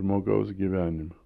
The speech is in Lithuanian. žmogaus gyvenime